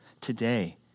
today